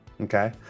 Okay